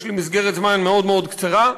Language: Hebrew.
יש לי מסגרת זמן מאוד מאוד קצרה,